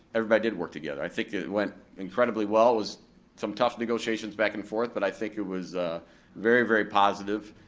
everybody did work together. i think it went incredibly well, it was some tough negotiations back and forth, but i think it was very, very positive.